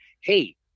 hey